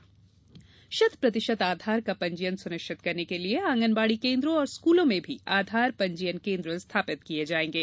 आधार पंजीयन शत प्रतिशत आधार का पंजीयन सुनिश्चित करने के लिए आँगनबाड़ी केन्द्रों और स्कूलों में भी आधार पंजीयन केन्द्र स्थापित किए जाएंगे